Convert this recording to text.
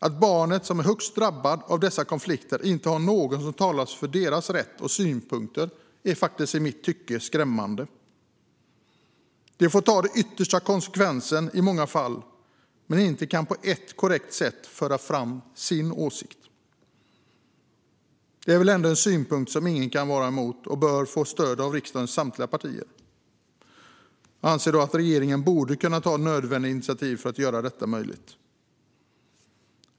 Att barnet, som i högsta grad är drabbat av dessa konflikter, inte har någon som talar för dess rätt och synpunkter är i mitt tycke skrämmande. Det får ta den yttersta konsekvensen i många fall, men kan inte på ett korrekt sätt föra fram sin åsikt. Det är väl ändå en synpunkt som ingen kan vara emot, och den bör få stöd av riksdagens samtliga partier. Jag anser att regeringen borde kunna ta nödvändiga initiativ för att göra detta möjligt.